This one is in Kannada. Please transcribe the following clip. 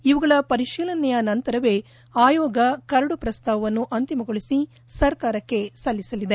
ಇವುಗಳ ಪರಿಶೀಲನೆಯ ನಂತರವೇ ಆಯೋಗ ಕರಡು ಪ್ರಸ್ತಾವವನ್ನು ಅಂತಿಮಗೊಳಿಸಿ ಸರ್ಕಾರಕ್ಕೆ ಸಲ್ಲಿಸಲಿದೆ